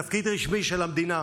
תפקיד רשמי של המדינה,